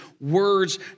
words